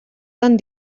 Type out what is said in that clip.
tan